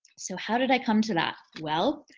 so how did i come to that? well,